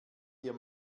dir